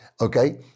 Okay